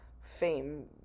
fame